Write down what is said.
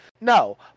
no